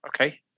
Okay